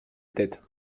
tête